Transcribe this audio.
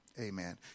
Amen